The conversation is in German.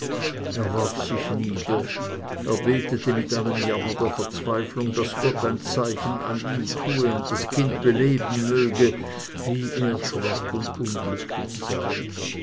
er warf sich nieder er betete mit allem jammer der verzweiflung daß gott ein zeichen an ihm tue und das kind beleben möge dann sank er ganz in sich und wühlte all